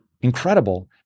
incredible